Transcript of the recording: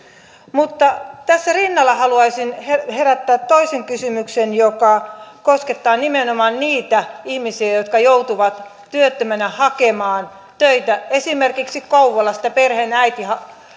mutta tässä rinnalla haluaisin herättää toisen kysymyksen joka koskettaa nimenomaan niitä ihmisiä jotka joutuvat työttömänä hakemaan töitä esimerkiksi jos kouvolasta perheenäiti